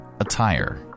Attire